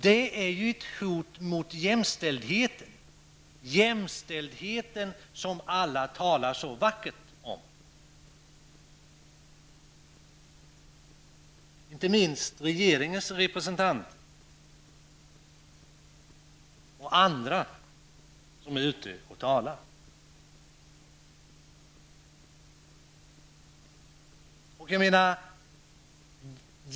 Detta är ju ett hot mot jämställdheten, den jämställdhet som alla talar så vackert om, inte minst regeringens representant och andra som är ute och talar.